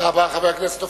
תודה רבה.